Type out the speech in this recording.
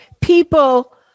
people